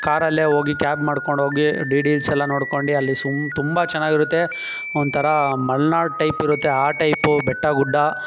ಕಾರಲ್ಲೇ ಹೋಗಿ ಕ್ಯಾಬ್ ಮಾಡಿಕೊಂಡೋಗಿ ಡಿ ಡಿ ಇಲ್ಸ್ ಎಲ್ಲ ನೋಡ್ಕೊಂಡು ಅಲ್ಲಿ ಸುಮ್ ತುಂಬ ಚೆನ್ನಾಗಿರುತ್ತೆ ಒಂಥರ ಮಲ್ನಾಡು ಟೈಪ್ ಇರುತ್ತೆ ಆ ಟೈಪು ಬೆಟ್ಟ ಗುಡ್ಡ